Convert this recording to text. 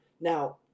Now